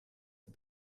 die